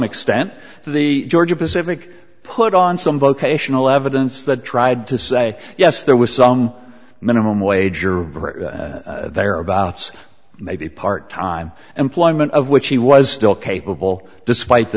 extent the georgia pacific put on some vocational evidence that tried to say yes there was some minimum wage or thereabouts maybe part time employment of which he was still capable despite the